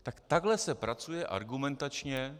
Tak takhle se pracuje argumentačně.